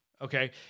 Okay